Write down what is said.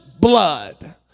blood